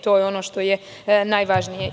To je ono što je najvažnije.